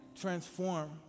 transform